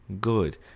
good